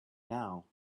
now